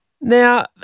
Now